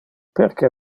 perque